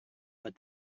but